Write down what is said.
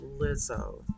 Lizzo